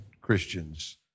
Christians